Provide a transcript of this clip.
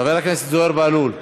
חבר הכנסת זוהיר בהלול.